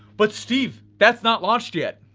but steve, that's not launched yet.